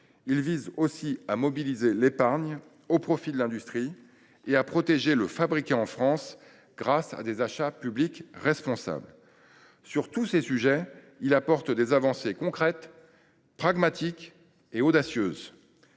!–, à mobiliser l’épargne au profit de l’industrie et à protéger le « fabriqué en France » grâce à des achats publics responsables. Sur tous ces sujets, le projet de loi apporte des avancées concrètes, pragmatiques et audacieuses.